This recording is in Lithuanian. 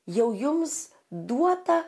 jau jums duota